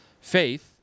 faith